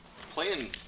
Playing